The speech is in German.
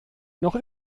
noch